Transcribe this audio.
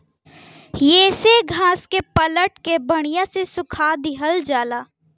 येसे घास के पलट के बड़िया से सुखा दिहल जाला